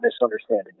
misunderstanding